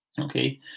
Okay